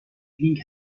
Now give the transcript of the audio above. بینگ